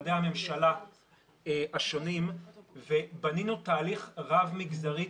במשרדי הממשלה השונים ובנינו תהליך רב מגזרי,